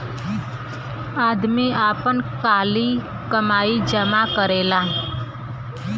आदमी आपन काली कमाई जमा करेला